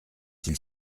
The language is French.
s’il